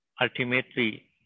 Ultimately